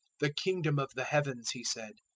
the kingdom of the heavens, he said,